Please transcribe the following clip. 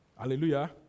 Hallelujah